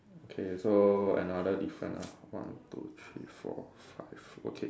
K so another different ah one two three four five okay